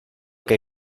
que